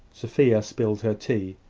sophia spilled her tea,